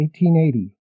1880